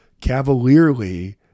cavalierly